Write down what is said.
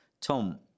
Tom